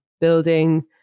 building